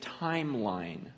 timeline